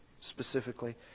specifically